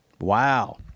Wow